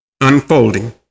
unfolding